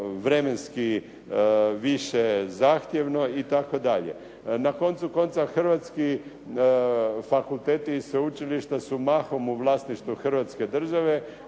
vremenski više zahtjevno itd. Na koncu konca, hrvatski fakulteti i sveučilišta su mahom u vlasništvu Hrvatske države